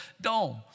dome